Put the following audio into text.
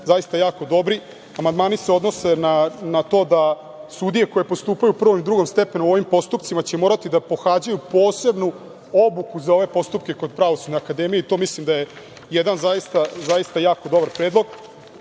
zaista jako dobri. Amandmani se odnose na to da sudije koje postupaju u prvom i drugom stepenu u ovim postupcima će morati da pohađaju posebnu obuku za ove postupke kod Pravosudne akademije i to mislim da je jedan zaista jako dobar predlog.